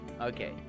Okay